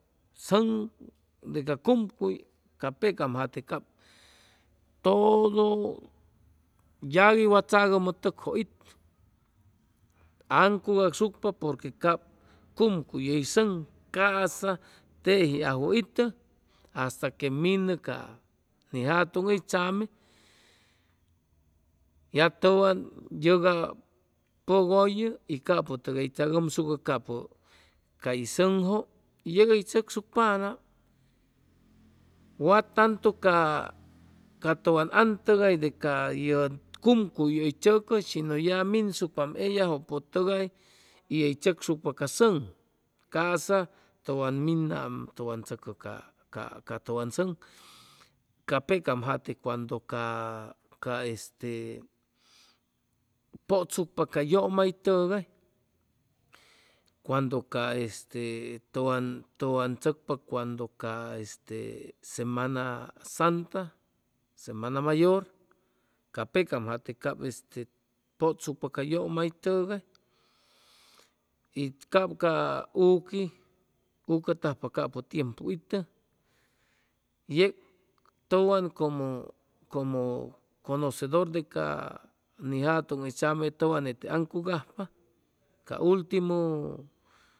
Sʉŋ de ca cumcuy ca pecam jate cap todo yagui wa tzagʉmʉ tʉkjʉ itʉ uŋcugasucpa porque cap cumcuy hʉy sʉŋ ca'sa teji ajwʉ itʉ hasta que minʉ ca ni jatʉŋ hʉy tzame ya tʉwan yʉga pʉgʉyʉ y capʉ tʉgay tzagʉmsucʉ capʉ cay sʉŋjʉ yeg hʉy tzʉcsucpanam wa tantu ca tʉwan an tʉgay de ca cumcuy hʉy tzʉcʉ shinʉ ya minsucpaam ellajʉpʉtʉgay y hʉy tzʉcsucpa ca sʉŋ ca'sa tʉwan minam tʉwan tzʉcʉ ca ca tʉwan sʉŋ ca pecam jate cuando ca ca este pʉtzucpa ca yʉmaytʉgay cuando ca este tʉwan tzʉcpa cuando ca este semana santa semana mayor ca pecam jate cap este pʉtzucpa ca yʉmaytʉgay y cap ca uqui ucʉtajpa capʉ tiempu itʉ yeg tʉwan como como conocedor de ca ni jatʉŋ hʉy tzame tʉwan nete aŋcugajpa ca ultimu